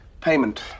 Payment